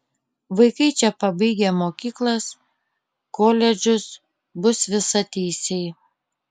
vaikai čia pabaigę mokyklas koledžus bus visateisiai